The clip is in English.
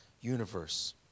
universe